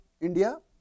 India